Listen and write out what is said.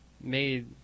made